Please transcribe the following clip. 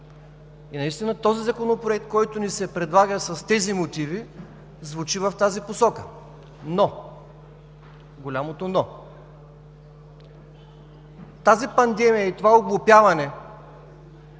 И наистина този законопроект, който ни се предлага с тези мотиви, звучи в тази посока, но! Голямото „но“! Тази пандемия и това оглупяване